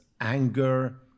anger